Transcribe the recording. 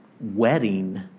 wedding